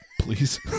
please